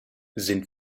sind